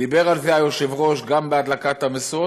דיבר על זה היושב-ראש גם בהדלקת המשואות.